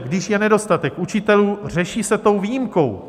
Když je nedostatek učitelů, řeší se tou výjimkou.